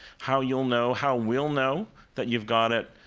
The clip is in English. how you'll know, how we'll know that you've got it,